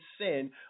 sin